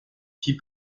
fit